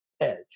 edge